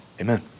Amen